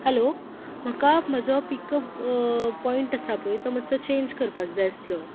hello म्हाका म्हजो pickup point आसा पळय तो मातसो चेंज करपाक जाय आसलो